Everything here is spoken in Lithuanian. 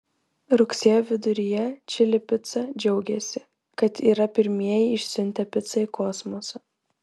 rugsėjo viduryje čili pica džiaugėsi kad yra pirmieji išsiuntę picą į kosmosą